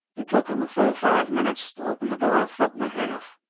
it took him a full five minutes to open the door a foot and a half.